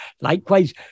Likewise